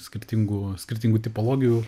skirtingų skirtingų tipologijų